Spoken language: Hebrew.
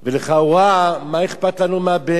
לכאורה מה אכפת לנו מהבהמות?